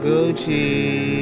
Gucci